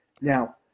Now